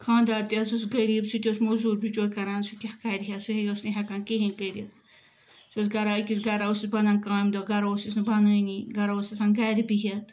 کھاندار تہِ حظ اوس غریٖب سُہ تہِ اوس موٚزوٗرۍ بِچور کَران سُہ تہِ کیاہ کَرِہا سُہے اوس نہٕ ہیٚکان کِہیٖنۍ کٔرِتھ سُہ اوس گَرا أکِس گَرا اوسُس بنان کامہِ دۄہ گَرا اوسُس نہٕ بنٲنی گَرا اوس آسان گَرِ بِہِتھ